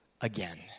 again